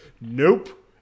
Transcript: nope